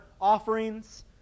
offerings